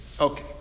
Okay